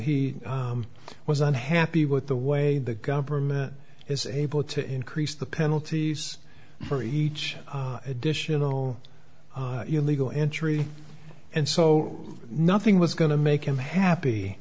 he was unhappy with the way the government is able to increase the penalties for each additional illegal entry and so nothing was going to make him happy